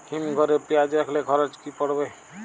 হিম ঘরে পেঁয়াজ রাখলে খরচ কি পড়বে?